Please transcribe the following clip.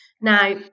Now